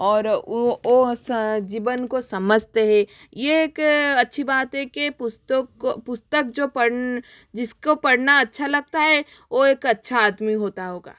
और ओ ओ जीवन को समझते हैं ये एक अच्छी बात है कि पुस्तक पुस्तक जो जिसको पढ़ना अच्छा लगता है वो एक अच्छा आदमी होता होगा